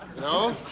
know,